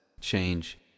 change